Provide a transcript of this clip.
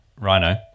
Rhino